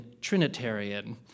Trinitarian